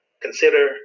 consider